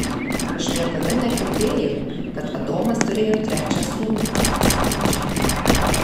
aš niekada negirdėjau kad adomas turėjo trečią sūnų pasakė džeinė